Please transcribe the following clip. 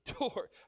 door